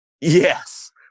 Yes